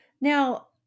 Now